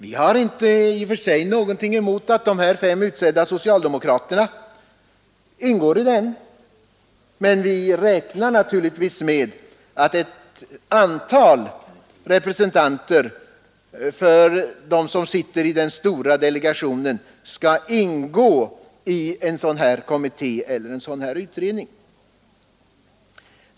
Vi har naturligtvis i och för sig ingenting emot att de fem utsedda socialdemokraterna ingår i utredningen, men vi räknar också med att ett antal representanter för dem som sitter i den stora delegationen skall ingå i en sådan utredning.